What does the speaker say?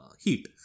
heat